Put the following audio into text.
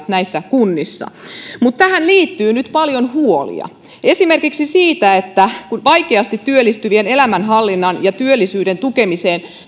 näissä kunnissa mutta tähän liittyy nyt paljon huolia esimerkiksi siitä korvamerkataanko vaikeasti työllistyvien elämänhallinnan ja työllisyyden tukemiseen